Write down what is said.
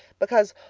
because,